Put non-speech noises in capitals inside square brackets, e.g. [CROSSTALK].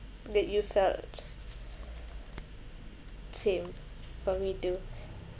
that you felt [BREATH] same for me too